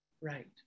right